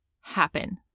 happen